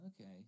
okay